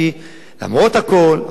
למרות הכול הפרקליטות,